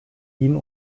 ihn